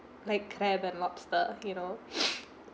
like crab and lobster you know